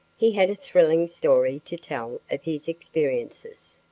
he had a thrilling story to tell of his experiences.